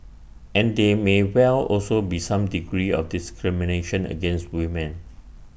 and there may well also be some degree of discrimination against women